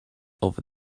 over